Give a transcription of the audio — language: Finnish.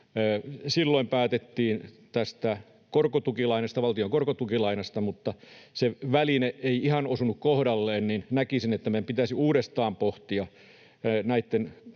Silloin päätettiin tästä valtion korkotukilainasta, mutta se väline ei ihan osunut kohdalleen. Näkisin, että meidän pitäisi uudestaan pohtia näitten